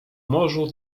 morzu